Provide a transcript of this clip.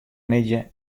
middei